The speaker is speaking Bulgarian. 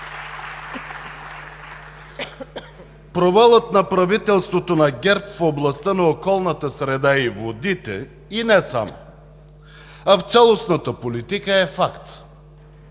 Провалът на правителството на ГЕРБ в областта на околната среда и водите, и не само, а в цялостната политика, е факт.